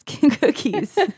cookies